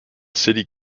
city